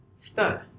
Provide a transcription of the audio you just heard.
stud